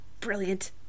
brilliant